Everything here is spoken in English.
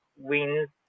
wins